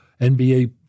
NBA